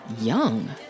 young